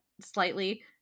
slightly